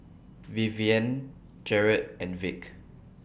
Vivienne Jarret and Vic